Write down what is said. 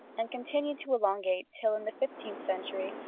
and continued to elongate till, in the fifteenth century,